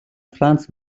франц